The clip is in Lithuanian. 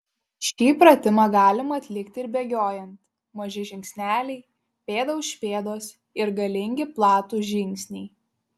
šį pratimą galima atlikti ir bėgiojant maži žingsneliai pėda už pėdos ir galingi platūs žingsniai